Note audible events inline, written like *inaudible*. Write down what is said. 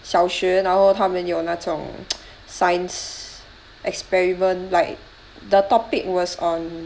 小学然后他们有那种 *noise* science experiment like the topic was on